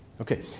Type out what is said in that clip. Okay